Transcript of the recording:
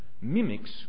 mimics